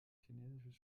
chinesisches